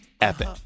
epic